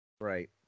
Right